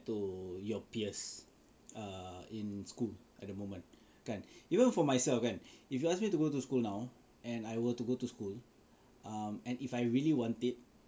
to your peers err in school at the moment kan even for myself kan if you ask me to go to school now and I were to go to school and um if I really want it